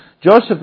Joseph